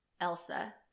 Elsa